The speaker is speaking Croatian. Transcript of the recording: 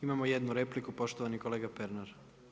Imamo jednu repliku, poštovani kolega Pernar.